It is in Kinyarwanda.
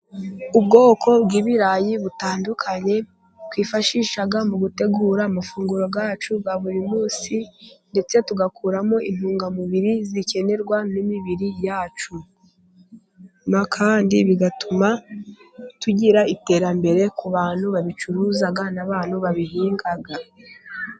Ubwoko bw'ibirayi butandukanye, twifashisha mu gutegura amafunguro yacu ya buri munsi, ndetse tugakuramo intungamubiri zikenerwa n'imibiri yacu. Kandi bigatuma tugira iterambere ku bantu babicuruza, n'abantu babihinga.